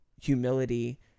humility